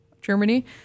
Germany